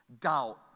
Doubt